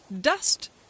dust